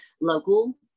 local